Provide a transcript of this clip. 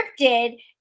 cryptid